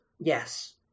Yes